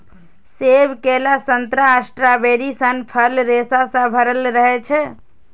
सेब, केला, संतरा, स्ट्रॉबेरी सन फल रेशा सं भरल रहै छै